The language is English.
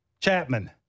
Chapman